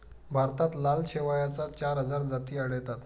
भारतात लाल शेवाळाच्या चार हजार जाती आढळतात